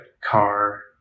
car